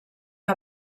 que